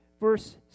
Verse